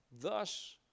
thus